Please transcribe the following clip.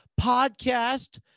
podcast